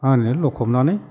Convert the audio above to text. मा होनो लखबनानै